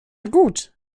gut